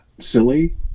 silly